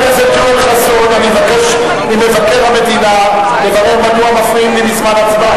טוב שאת מרגישה טוב עם עצמך.